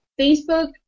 Facebook